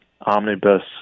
omnibus